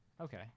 Okay